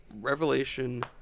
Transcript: revelation